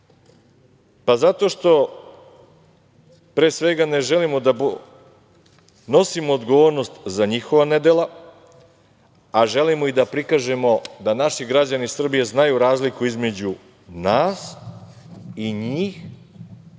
Pa, zato što, pre svega, ne želimo da snosimo odgovornost za njihova nedela, a želimo i da prikažemo da naši građani Srbije znaju razliku između nas i njih